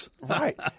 Right